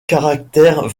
caractères